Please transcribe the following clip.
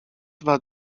dwa